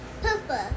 Purple